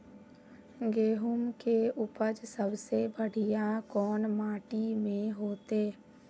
गेहूम के उपज सबसे बढ़िया कौन माटी में होते?